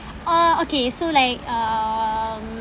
uh okay so like um